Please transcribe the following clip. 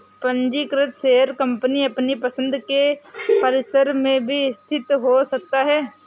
पंजीकृत share company अपनी पसंद के परिसर में भी स्थित हो सकता है